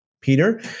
Peter